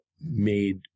made